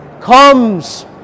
comes